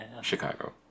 Chicago